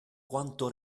quanto